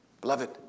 Beloved